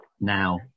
now